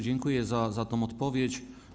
Dziękuję za tę odpowiedź.